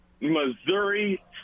Missouri